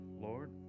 Lord